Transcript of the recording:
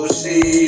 see